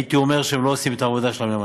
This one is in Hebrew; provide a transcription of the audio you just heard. הייתי אומר שלא עושים את העבודה שלהם נאמנה.